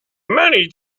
many